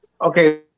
Okay